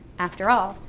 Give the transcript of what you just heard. after all,